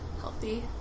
healthy